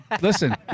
Listen